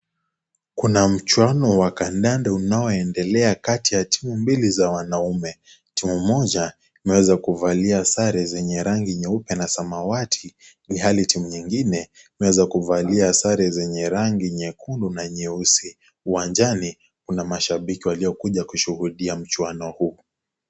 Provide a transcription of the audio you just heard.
Kuna mchwano wa kandanda unaoendelea kati ya timu mbili za wanaume. Timu moja, imeweza kuvalia sare zenye rangi nyeupe na samawati, ilhali timu nyingine, imeweza kuvalia sare zenye rangi nyekundu na nyeusi. Uwanjani, kuna mashabiki waliokuja kushuhudia mchwano huu.